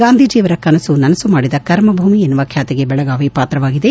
ಗಾಂಧೀಜಿಯವರ ಕನಸು ನನಸು ಮಾಡಿದ ಕರ್ಮಭೂಮಿ ಎನ್ನುವ ಖ್ಯಾತಿಗೆ ಬೆಳಗಾವಿ ಪಾತ್ರವಾಗಿದೆ